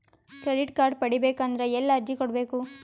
Credit card ಪಡಿಬೇಕು ಅಂದ್ರ ಎಲ್ಲಿ ಅರ್ಜಿ ಕೊಡಬೇಕು?